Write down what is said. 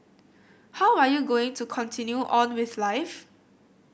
how are you going to continue on with life